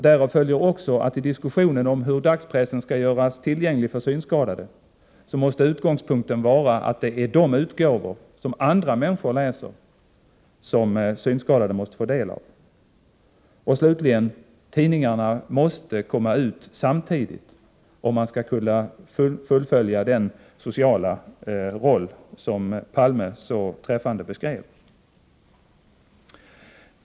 Därav följer också att i diskussionen om hur dagspressen skall göras tillgänglig för synskadade måste utgångspunkten vara att synskadade skall få del av de utgåvor som andra människor läser. Och slutligen: Tidningarna måste komma ut samtidigt, om man skall kunna fullfölja den sociala roll som Palme så träffande beskrev.